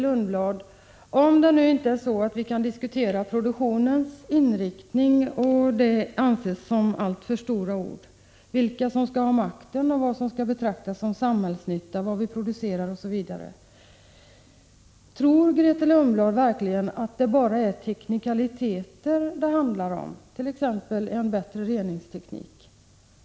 Men om vi inte kan diskutera produktionens inriktning — eftersom det kan anses vara att ta till alltför stora ord — vilka som skall ha makten, vad i vår produktion som skall betraktas som samhällsnytta, osv., då skulle jag vilja fråga Grethe Lundblad: Tror Grethe Lundblad verkligen att det bara är teknik det handlar om? Jag tänker t.ex. på argumentet att vi måste få en bättre reningsteknik.